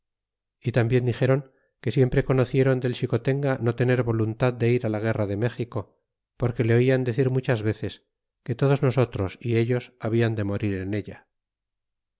y tambien dixéron que siempre conocieron del xicotenga no tener voluntad de irá la guerra de méxico porque le oian decir muchas veces que todos nosotros y ellos hablan de morir en ella